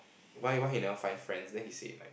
why why he never find friends then he said like